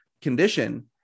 condition